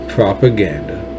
propaganda